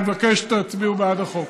אני מבקש שתצביעו בעד החוק.